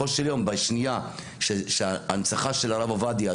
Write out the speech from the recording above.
בסופו של יום בשנייה שההנצחה של הרב עובדיה,